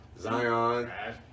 Zion